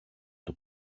του